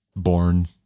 born